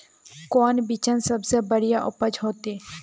कौन बिचन सबसे बढ़िया उपज होते?